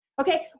okay